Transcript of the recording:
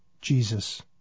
Jesus